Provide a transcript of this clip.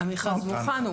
המכרז מוכן.